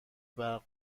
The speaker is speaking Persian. برق